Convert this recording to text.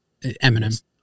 Eminem